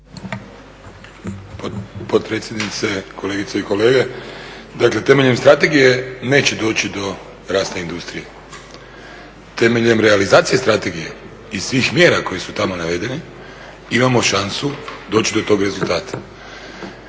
Potpredsjednice, kolegice i kolege, dakle temeljem strategije neće doći do rasta industrije. Temeljem realizacije strategije i svih mjera koje su tamo navedene imamo šansu doći do tog rezultata.